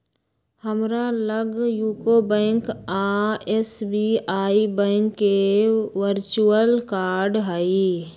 हमरा लग UCO bank आऽ एस.बी.आई बैंक के वर्चुअल कार्ड हइ